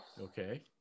okay